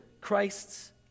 Christ's